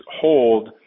hold